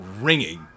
ringing